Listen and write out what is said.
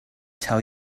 tell